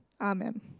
Amen